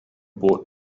bought